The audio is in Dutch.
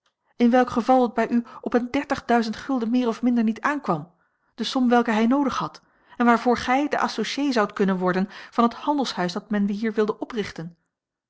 in welk geval het bij u op een dertigduizend gulden meer of minder niet aankwam de som welke hij noodig had en waarvoor gij de associé zoudt kunnen worden van het handelshuis dat men hier wilde oprichten